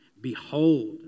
Behold